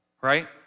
Right